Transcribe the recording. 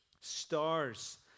Stars